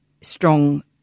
strong